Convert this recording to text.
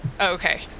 Okay